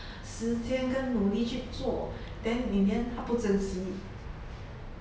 时间跟努力去做 then in the end 他不珍惜